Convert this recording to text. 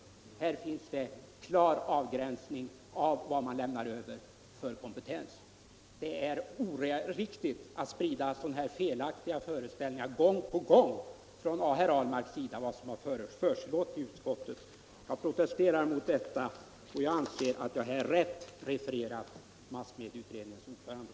Det har gjorts en klar avgränsning av den kompetens som man önskar lämna över. Herr Ahlmark har gång på gång sökt sprida felaktiga föreställningar om vad som förekommit i utskottet. Jag protesterar mot detta och anser att jag rätt refererar massmedieutredningens yttrande.